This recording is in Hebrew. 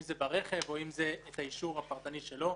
אם זה ברכב או אם זה האישור הפרטני שלו.